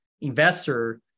investor